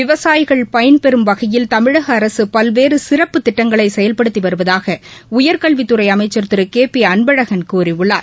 விவசாயிகள் பயன்பெறும் வகையில் தமிழக அரசு பல்வேறு சிறப்பு திட்டங்களை செயல்படுத்தி வருவதாக உயர்கல்வித் துறை அமைச்சர் திரு கே பி அன்பழகன் கூறியுள்ளார்